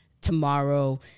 tomorrow